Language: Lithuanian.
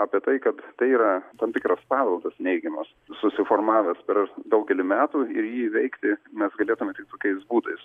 apie tai kad tai yra tam tikras paveldas neigiamas susiformavęs per daugelį metų ir jį įveikti mes galėtume tik tokiais būdais